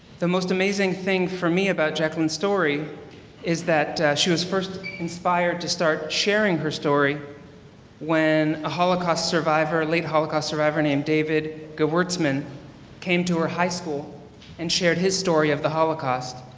the most amazing thing for me about jacqueline's story is that she was first inspired to start sharing her story when a holocaust survivor, late holocaust survivor named david goertzmann came to her high school and shared his story of the holocaust.